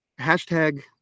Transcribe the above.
hashtag